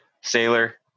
Sailor